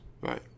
Right